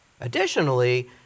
Additionally